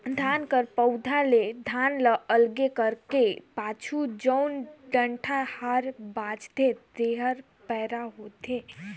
धान कर पउधा ले धान ल अलगे करे कर पाछू जउन डंठा हा बांचथे तेहर पैरा होथे